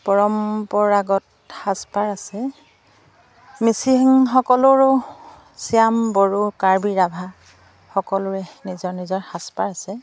পৰম্পৰাগত সাজপাৰ আছে মিচিং সকলৰো চিয়াম বড়ো কাৰ্বি ৰাভা সকলোৰে নিজৰ নিজৰ সাজপাৰ আছে